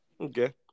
Okay